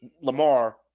Lamar